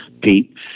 Pete